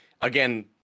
again